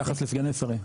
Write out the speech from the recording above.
ביחס לסגני שרים.